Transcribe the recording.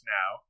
now